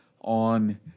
on